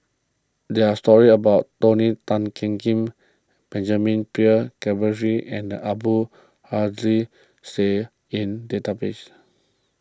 there are stories about Tony Tan Keng Benjamin Keasberry and Abdul Syed in database